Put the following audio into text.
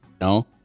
no